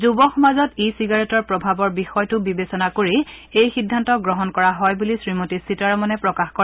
যুৱ সমাজত ই চিগাৰেটৰ প্ৰভাৱৰ বিষয়টো বিবেচনা কৰি এই সিদ্ধান্ত গ্ৰহণ কৰাৰ হয় বুলি শ্ৰীমতী সীতাৰমনে প্ৰকাশ কৰে